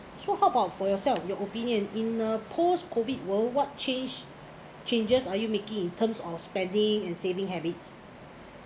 so how about for yourself your opinion in uh post-COVID world what change changes are you making in terms on spending and saving habits